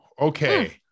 okay